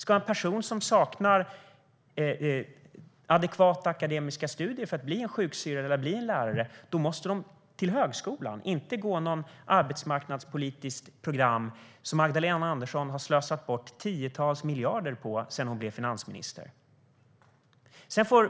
Om en person som saknar adekvat akademisk studiebakgrund ska bli sjuksyrra eller lärare måste denne gå till högskolan, inte något arbetsmarknadspolitiskt program som Magdalena Andersson har slösat bort tiotals miljarder på sedan hon blev finansminister.